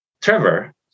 Trevor